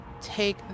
take